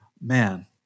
Man